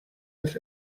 that